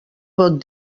pot